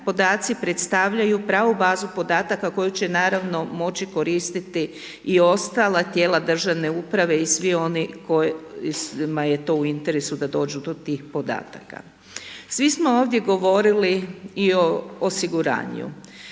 podaci predstavljaju pravu bazu podataka koju će, naravno, moći koristiti i ostale tijela državne uprave i svi oni kojima je to u interesu da dođu to tih podataka. Svi smo ovdje govorili i o osiguranju.